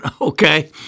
okay